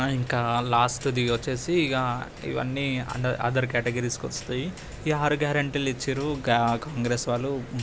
ఇంకా లాస్ట్ది వచ్చేసి ఇంకా ఇవన్నీ అండర్ అథర్ కేటగిరీస్కి వస్తాయి ఈ ఆరు గ్యారెంటీలు ఇచ్చారు గా కాంగ్రెస్ వాళ్ళు